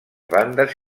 bandes